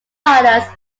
colors